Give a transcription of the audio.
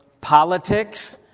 politics